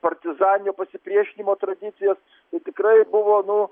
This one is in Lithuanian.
partizaninio pasipriešinimo tradicijas tai tikrai buvo nu